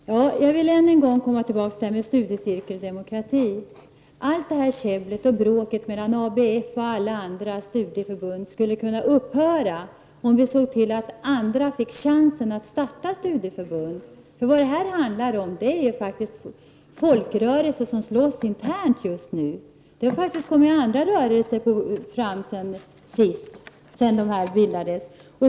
Herr talman! Jag vill än en gång komma tillbaka till frågan om studiecirkeldemokrati. Allt det här käbblet och bråket mellan ABF och andra studieförbund skulle kunna upphöra om vi såg till att andra fick chansen att starta studieförbund. Här handlar det om folkrörelser som just nu slåss internt. Det har faktiskt kommit fram andra rörelser sedan de folkrörelserna bildades.